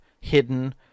hidden